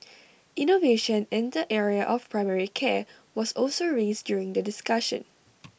innovation in the area of primary care was also raised during the discussion